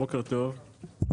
בוקר טוב.